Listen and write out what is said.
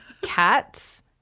cats